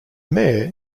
mayor